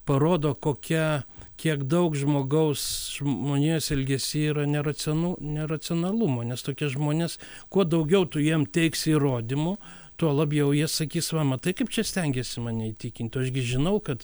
parodo kokia kiek daug žmogaus žmonijos elgesy yra neracionu neracionalumo nes tokie žmonės kuo daugiau tu jiem teiksi įrodymų tuo labiau jie sakys va matai kaip čia stengiesi mane įtikintų o aš gi žinau kad